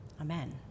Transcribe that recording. Amen